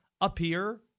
appear